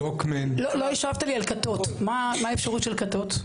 לא השבת לי על כתות, מה האפשרות של כתות?